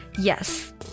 Yes